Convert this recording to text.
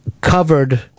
Covered